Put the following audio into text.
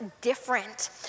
different